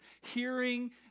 hearing